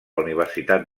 universitat